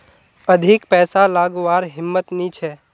अधिक पैसा लागवार हिम्मत नी छे